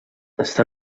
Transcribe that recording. està